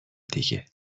دیگه